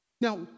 Now